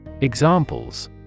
Examples